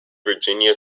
virginia